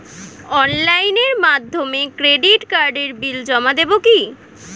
অনলাইনের মাধ্যমে ক্রেডিট কার্ডের বিল জমা দেবো কি?